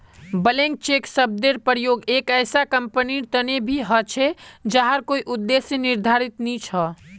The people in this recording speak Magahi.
ब्लैंक चेक शब्देर प्रयोग एक ऐसा कंपनीर तने भी ह छे जहार कोई उद्देश्य निर्धारित नी छ